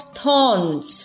thorns